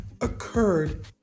occurred